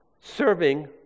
serving